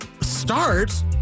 Start